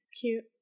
Cute